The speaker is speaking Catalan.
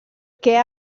què